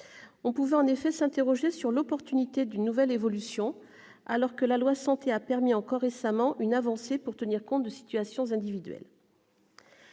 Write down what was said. On pouvait en effet s'interroger sur l'opportunité d'une nouvelle évolution, alors que la loi Santé a permis, encore récemment, une avancée pour tenir compte de situations individuelles.